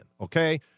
okay